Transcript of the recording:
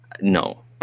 no